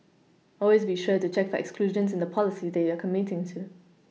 always be sure to check for exclusions in the policy that you are committing to